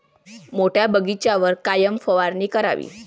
मोठ्या बगीचावर कायन फवारनी करावी?